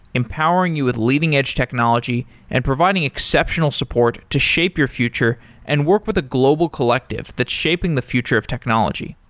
empowering you with leading edge technology and providing exceptional support to shape your future and work with a global collective that's shaping the future of technology.